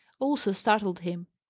also startled him.